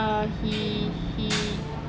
uh he he